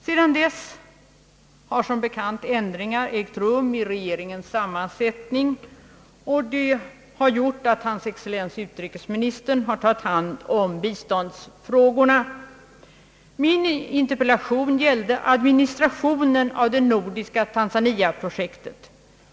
Sedan dess har som bekant ändringar ägt rum i regeringens sammansättning och det har gjort att hans excellens utrikesministern har tagit hand om biståndsfrågorna. Min interpellation gällde administrationen av det nordiska tanzaniaprojektet.